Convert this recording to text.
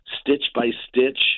stitch-by-stitch